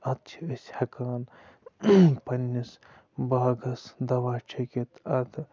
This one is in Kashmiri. اَدٕ چھِ أسۍ ہٮ۪کان پنٛنِس باغَس دوا چھٔکِتھ اَدٕ